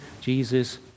Jesus